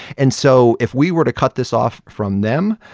and so if we were to cut this off from them,